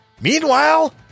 Meanwhile